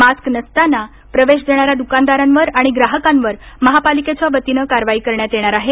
mask नसताना प्रवेश देणाऱ्या दुकानदारांवर आणि ग्राहकांवर महापालिकेच्या वतीनं कारवाई करण्यात येणार आहे